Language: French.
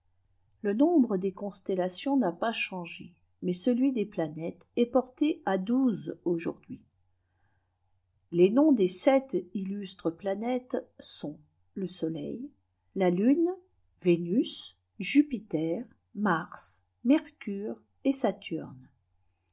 le nombre des constellations n a pas changé mais celai des planètes est porté à douze aujourd'hui les noms des sept illustres planètes sont lé soleil la lune yénus jupiter mars mercure et saturne